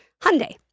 Hyundai